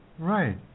Right